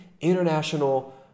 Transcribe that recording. International